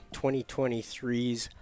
2023's